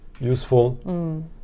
useful